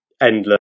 endless